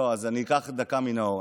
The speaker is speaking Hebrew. אני אקח דקה מנאור.